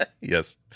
Yes